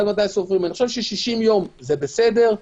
60 יום זה בסדר,